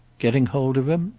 getting hold of him?